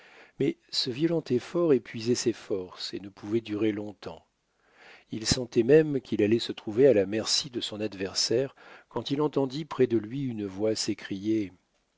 mais ce violent effort épuisait ses forces et ne pouvait durer longtemps il sentait même qu'il allait se trouver à la merci de son adversaire quand il entendit près de lui une voix